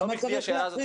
למה צריך להחריג?